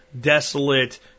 desolate